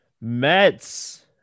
Mets